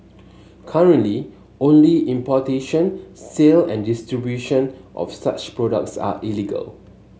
currently only importation sale and distribution of such products are illegal